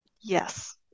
Yes